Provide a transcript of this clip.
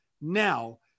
Now